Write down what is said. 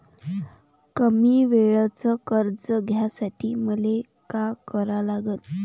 कमी वेळेचं कर्ज घ्यासाठी मले का करा लागन?